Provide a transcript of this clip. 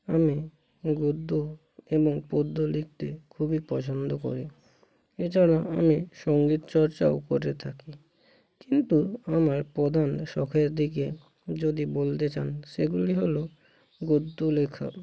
আমি গদ্য এবং পদ্য লিখতে খুবই পছন্দ করি এছাড়াও আমি সঙ্গীত চর্চাও করে থাকি কিন্তু আমার প্রধান শখের দিকে যদি বলতে চান সেগুলি হলো গদ্য লেখা